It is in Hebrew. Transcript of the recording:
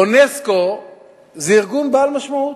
אונסק"ו זה ארגון בעל משמעות,